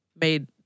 made